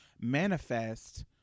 manifest